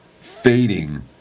fading